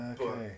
Okay